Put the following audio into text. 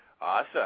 Awesome